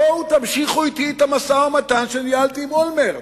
בואו תמשיכו אתי את המשא-ומתן שניהלתי עם אולמרט.